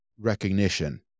recognition